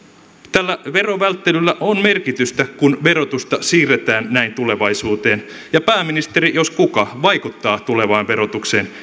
tällä verovälttelyllä on merkitystä kun verotusta siirretään näin tulevaisuuteen ja pääministeri jos kuka vaikuttaa tulevaan verotukseen